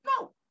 No